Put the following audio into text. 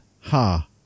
Ha